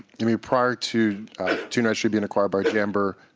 i mean, prior to tuneregistry being acquired by jammber,